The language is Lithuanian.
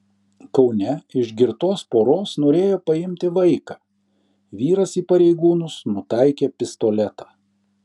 kaune iš girtos poros norėjo paimti vaiką vyras į pareigūnus nutaikė pistoletą